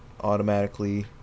automatically